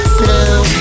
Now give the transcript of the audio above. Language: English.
blue